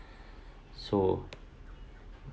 so